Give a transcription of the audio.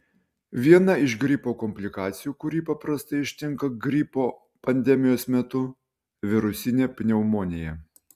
viena iš gripo komplikacijų kuri paprastai ištinka gripo pandemijos metu virusinė pneumonija